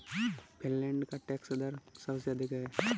Finland का tax दर सबसे अधिक है